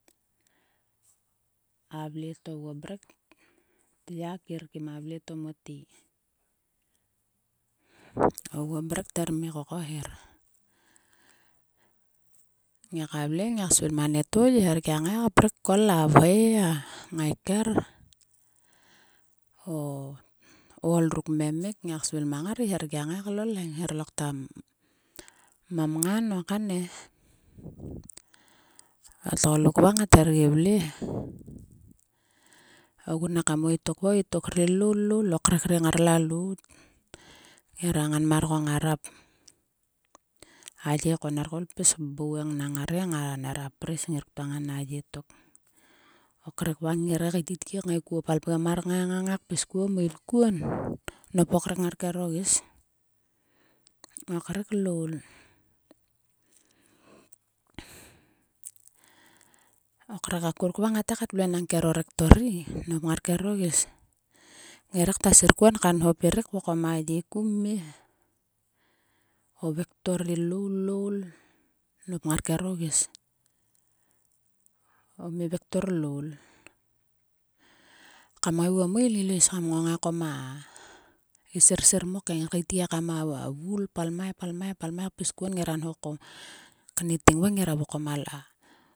A vle to oguo mrek tya kiir kim a vle to mote. Oguo mrek ther mi kokohir. Ngaiaka vle. ngiak svil ma nieto ngiagia ngai krip kol a vhoi a ngaikera. O ol ruk kmemik ngiak svil mang ngar ngiagia ngai klol he. Ngir lokta mamngan o kan e. O tgolluk vang ngat her gi vle he. Ogun ekam o itok va o itok ri loul loul. O krek ri ngar lalout ngira ngan mar ko ngara. A ye ko nera pis bou engnang ngar he nera pris ngir ktua ngan a ye tok. O krek vang ngir ngai kaititgi kngai kuo pal pgem mar kngai ngai kpis kuon. Nop o krek ngar kero iis. O krek loul o krek akuruk va ngate kat enang kero rektor ri nop ngar kero giis. Ngire kta sir kuon ka nho peiruk vokom a ye kum mie he o vektor ri loul loul nop ngar kero giis. O mi vertor loul. Kam ngaiguo meli ilo is kam ngongai ko ma gi sirsir mok e. Ngir keitgi ekam a vul pal mai pal mai pal mai kpis kuon. Ngira nho ko kniting va ngira vokom a.